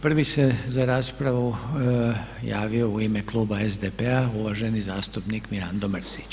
Prvi se za raspravu javio u ime Kluba SDP-a uvaženi zastupnik Mirando Mrsić.